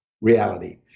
reality